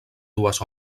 dues